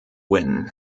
wynn